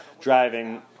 driving